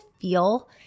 feel